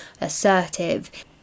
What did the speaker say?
assertive